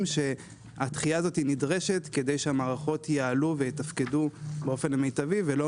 שהדחייה הזו נדרשת כדי שהמערכות יעלו ויתפקדו באופן מיטבי ולא